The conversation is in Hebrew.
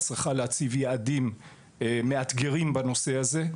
להציב יעדים מאתגרים בנושא הזה,